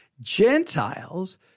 Gentiles